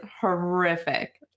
horrific